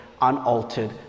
unaltered